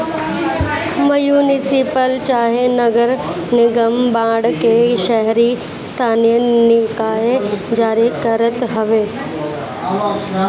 municipal चाहे नगर निगम बांड के शहरी स्थानीय निकाय जारी करत हवे